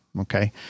Okay